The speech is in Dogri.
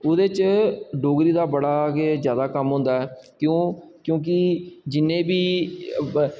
ओह्दे च डोगरी दा बड़ा गै कम्म होंदा ऐ कि ओह् क्योंकि जिन्ने बी